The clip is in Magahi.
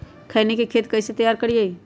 खैनी के खेत कइसे तैयार करिए?